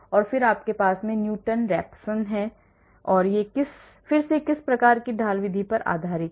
और फिर आपके पास newton Raphson है और यह फिर से किसी प्रकार की ढाल विधि पर आधारित है